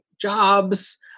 jobs